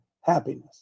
happiness